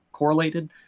correlated